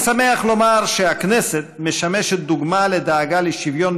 אני שמח לומר שהכנסת משמשת דוגמה לדאגה לשוויון